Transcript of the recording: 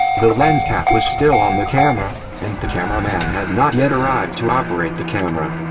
the lens cap was still on the camera, and the cameraman had not yet arrived to operate the camera.